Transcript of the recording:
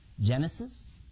Genesis